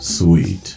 Sweet